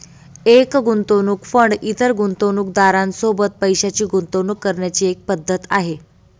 एक गुंतवणूक फंड इतर गुंतवणूकदारां सोबत पैशाची गुंतवणूक करण्याची एक पद्धत आहे